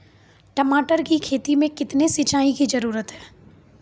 टमाटर की खेती मे कितने सिंचाई की जरूरत हैं?